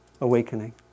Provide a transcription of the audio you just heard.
awakening